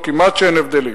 או כמעט אין הבדלים.